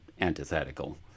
antithetical